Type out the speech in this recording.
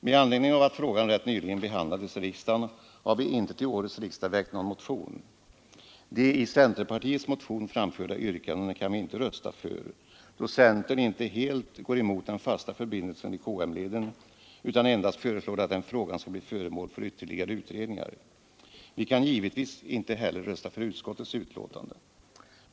Med anledning av att frågan rätt nyligen behandlades i riksdagen har vi inte till årets riksdag väckt någon motion. De i centerpartiets motion framförda yrkandena kan vi inte rösta för, då centern inte helt går emot den fasta förbindelsen i KM-leden utan endast föreslår att den frågan skall bli föremål för ytterligare utredningar. Vi kan givetvis inte heller rösta för utskottets hemställan.